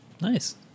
Nice